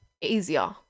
easier